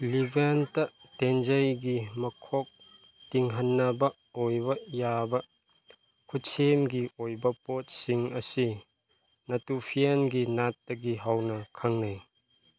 ꯂꯤꯕꯦꯟꯇ ꯇꯦꯟꯖꯩꯒꯤ ꯃꯈꯣꯛ ꯇꯤꯡꯍꯟꯅꯕ ꯑꯣꯏꯕ ꯌꯥꯕ ꯈꯨꯠꯁꯦꯝꯒꯤ ꯑꯣꯏꯕ ꯄꯣꯠꯁꯤꯡ ꯑꯁꯤ ꯅꯇꯨꯐꯦꯟꯒꯤ ꯅꯥꯠꯇꯒꯤ ꯍꯧꯅ ꯈꯪꯅꯩ